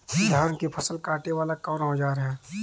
धान के फसल कांटे वाला कवन औजार ह?